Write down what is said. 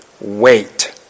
wait